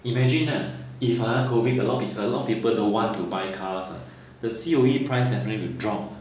imagine ah if ah COVID ha a lot pe~ a lot of people don't want to buy cars ha the C_O_E price definitely will drop